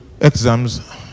exams